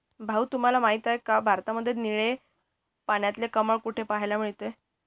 भाऊ तुम्हाला माहिती आहे का, भारतामध्ये निळे पाण्यातले कमळ कुठे पाहायला मिळते?